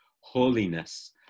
holiness